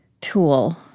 tool